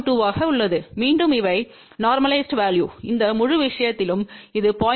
2 ஆக உள்ளது மீண்டும் இவை நோர்மலிஸிட் வேல்யு இந்த முழு விஷயத்திலும் இது 0